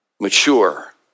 mature